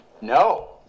No